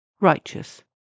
righteous